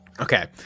Okay